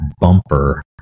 bumper